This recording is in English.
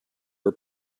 our